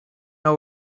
know